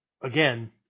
again